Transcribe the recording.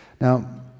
Now